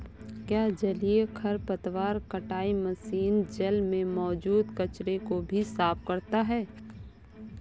क्या जलीय खरपतवार कटाई मशीन जल में मौजूद कचरे को भी साफ करता है?